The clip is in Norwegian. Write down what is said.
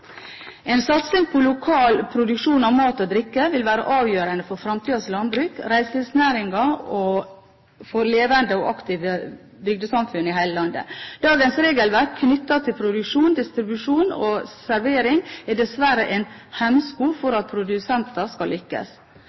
En satsing på lokal produksjon av mat og drikke vil være avgjørende for fremtidens landbruk, for reiselivsnæringen og for levende og aktive bygdesamfunn i hele landet. Dagens regelverk knyttet til produksjon, distribusjon og servering er dessverre en hemsko for at produsenter skal lykkes.